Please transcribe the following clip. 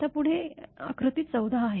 आता पुढे आकृती 14 आहे